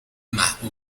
محبوب